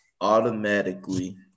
automatically